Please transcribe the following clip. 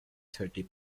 thirty